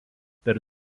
per